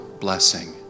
blessing